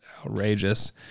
outrageous